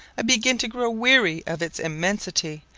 begin to grow weary of its immensity,